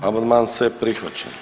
Amandman se prihvaća.